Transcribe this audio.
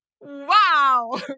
wow